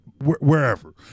wherever